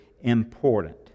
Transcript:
important